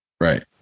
Right